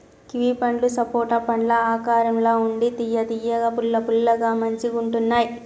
kiwi పండ్లు సపోటా పండ్ల ఆకారం ల ఉండి తియ్య తియ్యగా పుల్ల పుల్లగా మంచిగుంటున్నాయ్